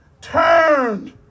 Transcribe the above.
turned